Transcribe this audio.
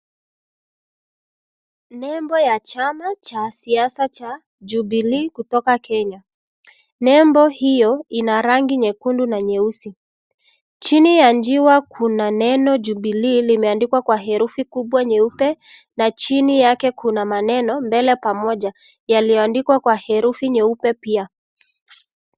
Nembo ya chama cha siasa cha Jubilee kutoka Kenya. Nembo hiyo ina rangi nyekundu na nyeusi. Chini ya njiwa, kuna neno Jubilee limeandikwa kwa herufi kubwa nyeupe na chini yake kuna maneno mbele pamoja, yaliyoandikwa kwa herufi nyeupe pia.